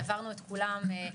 העברנו את כולם,